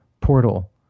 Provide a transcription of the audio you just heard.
portal